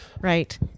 right